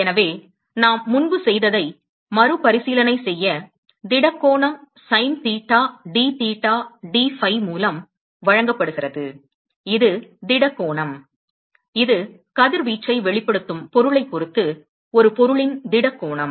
எனவே நாம் முன்பு செய்ததை மறுபரிசீலனை செய்ய திட கோணம் sin theta d theta d phi மூலம் வழங்கப்படுகிறது இது திட கோணம் இது கதிர்வீச்சை வெளிப்படுத்தும் பொருளைப் பொறுத்து ஒரு பொருளின் திட கோணம்